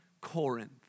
Corinth